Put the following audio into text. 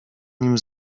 nim